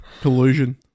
Collusion